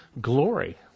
glory